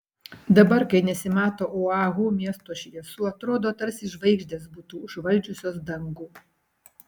dabar kai nesimato oahu miesto šviesų atrodo tarsi žvaigždės būtų užvaldžiusios dangų